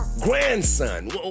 grandson